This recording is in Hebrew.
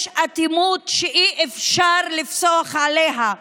יש אטימות שאי-אפשר לפסוח עליה,